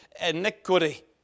iniquity